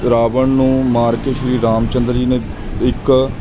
ਰਾਵਣ ਨੂੰ ਮਾਰ ਕੇ ਸ਼੍ਰੀ ਰਾਮ ਚੰਦਰ ਜੀ ਨੇ ਇੱਕ